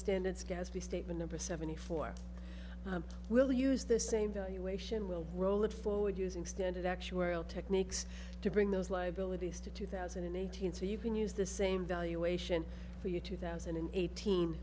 standards gadsby statement number seventy four will use the same valuation will roll it forward using standard actuarial techniques to bring those liabilities to two thousand and eighteen so you can use the same valuation for your two thousand and eighteen